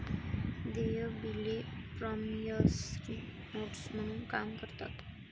देय बिले promissory notes म्हणून काम करतात